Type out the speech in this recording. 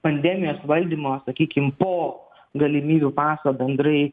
pandemijos valdymo sakykim po galimybių paso bendrai